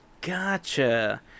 Gotcha